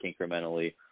incrementally